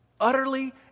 utterly